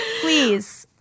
Please